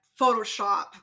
Photoshop